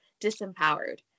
disempowered